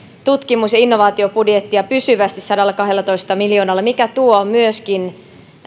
tutkimus ja innovaatiobudjettia pysyvästi sadallakahdellatoista miljoonalla mikä tuo myöskin